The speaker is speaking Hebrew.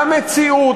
במציאות,